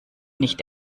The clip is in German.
nicht